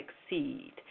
succeed